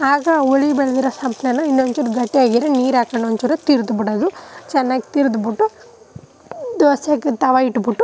ಆಗ ಹುಳಿ ಬೆಳೆದಿರೋ ಸಂಪಣನ ಇನ್ನೊಂಚೂರು ಗಟ್ಟಿಯಾಗಿದ್ದರೆ ನೀರು ಹಾಕೊಂಡು ಒಂಚೂರು ತಿರ್ದ್ ಬಿಡೋದು ಚೆನ್ನಾಗಿ ತಿರಿದ್ಬಿಟ್ಟು ದೋಸೆಗೆ ತವ ಇಟ್ಬಿಟ್ಟು